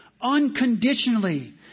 unconditionally